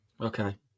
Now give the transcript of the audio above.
Okay